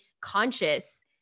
conscious